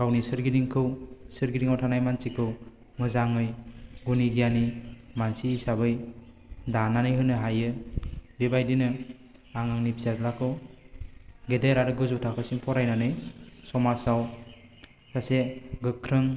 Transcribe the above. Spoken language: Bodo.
गावनि सोरगिदिंखौ सोरगिदिङाव थानाय मानसिखौ मोजाङै गुनि गियानि मानसि हिसाबै दानानै होनो हायो बे बायदिनो आं आंनि फिसाज्लाखौ गेदेर आरो गोजौ थाखोसिम फरायनानै समाजाव सासे गोख्रों